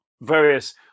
various